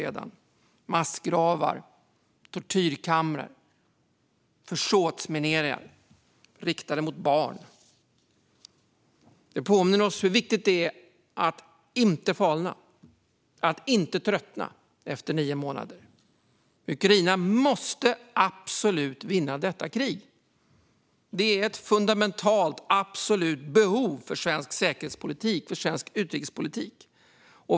Det är massgravar, tortyrkamrar och försåtsmineringar riktade mot barn. Det påminner oss om hur viktigt det är att inte falna och tröttna efter nio månader. Ukraina måste absolut vinna detta krig - det är ett fundamentalt och absolut behov för svensk säkerhetspolitik och svensk utrikespolitik.